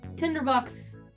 tinderbox